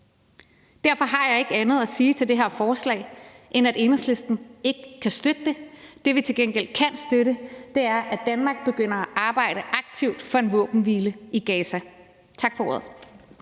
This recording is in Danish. Derfor har jeg ikke andet at sige til det her forslag, end at Enhedslisten ikke kan støtte det. Det, vi til gengæld kan støtte, er, at Danmark begynder at arbejde aktivt for en våbenhvile i Gaza. Tak for ordet.